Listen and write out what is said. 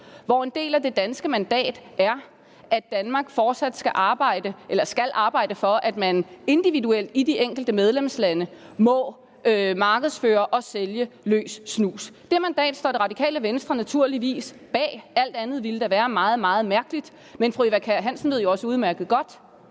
hvor en del af det danske mandat er, at Danmark skal arbejde for, at man individuelt i de enkelte medlemslande må markedsføre og sælge løs snus. Det mandat står Det Radikale Venstre naturligvis bag – alt andet ville da være meget, meget mærkeligt. Men fru Eva Kjer Hansen ved jo også udmærket godt,